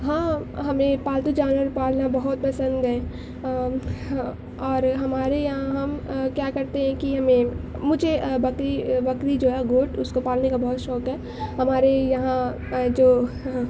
ہاں ہمیں پالتو جانور پالنا بہت پسند ہے اور اور ہمارے یہاں ہم کیا کرتے ہیں کہ ہمیں مجھے بکری بکری جو ہے گوٹ اس کو پالنے کا بہت شوق ہے ہمارے یہاں جو